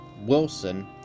Wilson